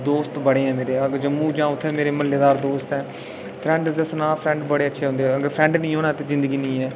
दोस्त बड़े न मेरे अग्गें जम्मू जां म्हल्ले दा मेरा दोस्त ऐ फ्रैंड सनांऽ बड़े अच्छे होंदे फ्रैंड निं होन ते जिंदगी निं ऐ